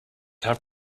have